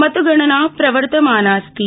मतगणना प्रवर्तमाना अस्ति